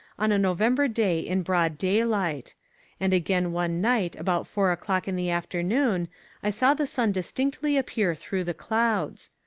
on a november day in broad daylight and again one night about four o'clock in the afternoon i saw the sun distinctly appear through the clouds.